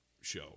show